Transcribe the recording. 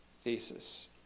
thesis